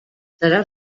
serà